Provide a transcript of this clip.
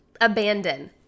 abandon